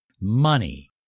money